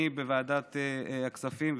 אני בוועדת הכספים,